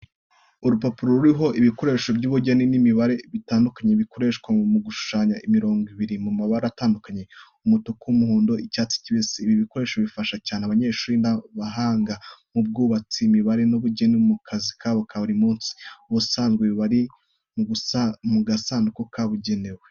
Urupapuro ruriho ibikoresho by’ubugeni n’imibare bitandukanye, bikoreshwa mu gushushanya imirongo biri mu mabara atandukanye, umutuku, umuhondo, icyatsi kibisi. Ibi bikoresho bifasha cyane abanyeshuri n’abahanga mu by’ubwubatsi, imibare n’ubugeni mu kazi kabo ka buri munsi. Ubusanzwe biba biri mu gasanduku kabugenewe.